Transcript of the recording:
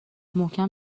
محکم